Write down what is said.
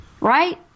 right